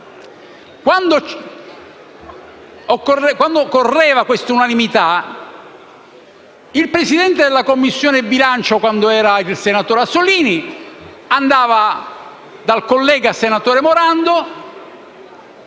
Quando occorreva questa unanimità, l'allora Presidente della Commissione bilancio senatore Azzollini andava dal collega senatore Morando,